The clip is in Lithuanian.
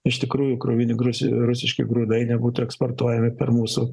iš tikrųjų kruvini grus rusiški grūdai nebūtų eksportuojami per mūsų